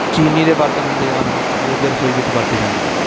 ਚੀਨੀ ਦੇ ਬਰਤਨ ਹੁੰਦੇ ਹਨ ਜੋ ਕਿ ਰਸੋਈ ਵਿੱਚ ਵਰਤੇ ਜਾਂਦੇ ਹਨ